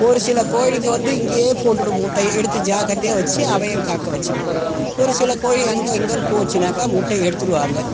ஒரு சில கோழிங்கள் வந்து இங்கையே போட்டுவிடும் முட்டையை எடுத்து ஜாக்கிரதையாக வெச்சு அவையும் காக்க வெச்சுருவோம் ஒரு சில கோழி அங்கே இங்கேன்னு போச்சுன்னாக்கா முட்டையை எடுத்துடுவாங்க